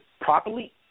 properly